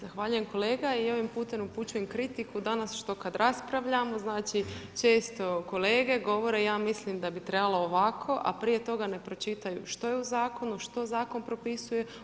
Zahvaljujem kolega i ovim putem upućujem kritiku, danas, što kad raspravljamo, znači, često kolege govore, ja mislim da bi trebalo ovako, a prije toga ne pročitaju, što je u zakonu, što zakon propisuje.